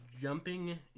jumping